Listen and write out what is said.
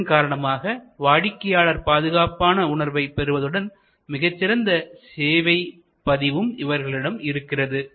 இதன் காரணமாக வாடிக்கையாளர் பாதுகாப்பான உணர்வை பெறுவதுடன் மிகச் சிறந்த சேவை பதிவும் இவர்களிடம் இருக்கிறது